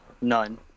none